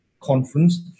conference